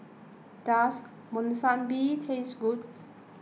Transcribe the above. does Monsunabe taste good